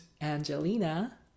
Angelina